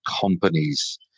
companies